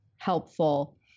helpful